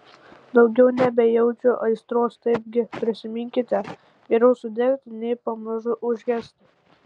daugiau nebejaučiu aistros taigi prisiminkite geriau sudegti nei pamažu užgesti